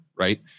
right